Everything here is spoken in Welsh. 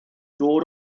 dod